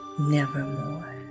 nevermore